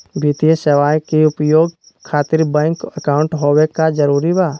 वित्तीय सेवाएं के उपयोग खातिर बैंक अकाउंट होबे का जरूरी बा?